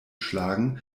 schlagen